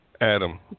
Adam